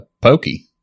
pokey